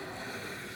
משתתפת